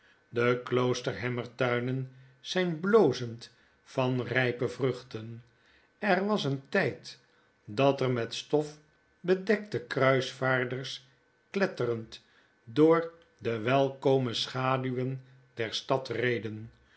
de kloosterhammer tuinen zjjn blozend van rijpe vruchten er was een tjjd dat er met stof bedekte kruisvaarders kletterend door de welkome schaduwen der